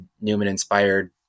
Newman-inspired